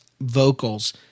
vocals